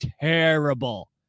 terrible